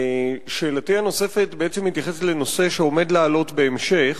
שאלתי הנוספת מתייחסת לנושא שעומד לעלות בהמשך,